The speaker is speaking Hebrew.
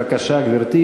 בבקשה, גברתי.